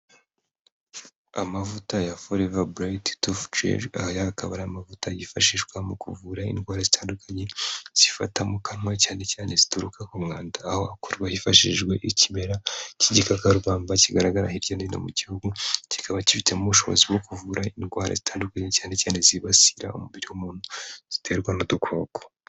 Amavuta ya forever bright tooth gel, aya akaba ari amavuta yifashishwa mu kuvura indwara zitandukanye zifata mu kanwa cyane cyane zituruka ku mwanda aho hakorwa hifashishijwe ikimera cy'igikakarubamba kigaragara hirya no hino mu gihugu kikaba kifitemo ubushobozi bwo kuvura indwara zitandukanye cyane cyane zibasira umubiri w'umuntu ziterwa n'udukoko.